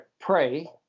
pray